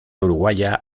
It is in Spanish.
uruguaya